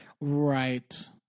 Right